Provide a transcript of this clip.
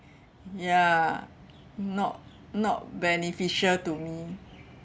ya not not beneficial to me